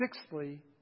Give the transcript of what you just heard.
sixthly